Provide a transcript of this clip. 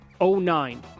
09